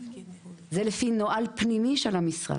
זה לפי נוהל פנימי של המשרד.